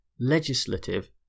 legislative